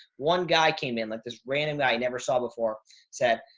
one guy came in like this random guy i never saw before said,